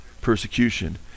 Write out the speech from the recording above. Persecution